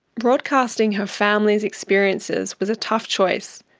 broadcasting her family's experiences was a tough choice.